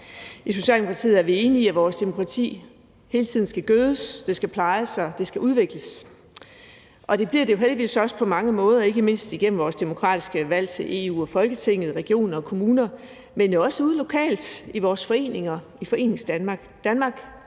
I Socialdemokratiet er vi enige i, at vores demokrati hele tiden skal gødes, det skal plejes, og det skal udvikles. Og det bliver det jo heldigvis også på mange måder, ikke mindst igennem vores demokratiske valg til EU og Folketinget, regioner og kommuner, men også ude lokalt i vores foreninger, i Foreningsdanmark.